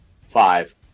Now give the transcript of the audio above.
five